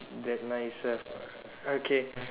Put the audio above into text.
that nice uh okay